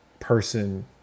Person